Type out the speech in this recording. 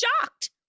shocked